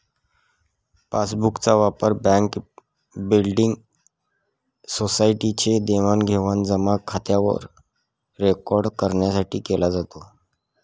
passbook चा वापर bank, building, society चे देवाणघेवाण जमा खात्यावर रेकॉर्ड करण्यासाठी केला जातो